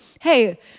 hey